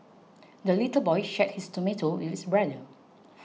the little boy shared his tomato with his brother